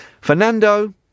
Fernando